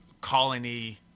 colony